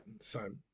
son